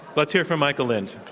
let's hear from michael lind.